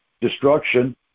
destruction